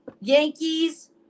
Yankees